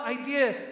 idea